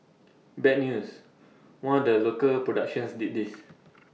bad news one of the local productions did this